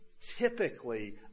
typically